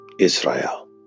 Israel